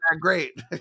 great